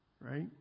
right